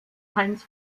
heinz